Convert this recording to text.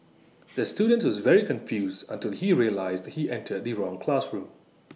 the student was very confused until he realised he entered the wrong classroom